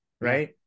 right